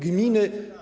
Gminy.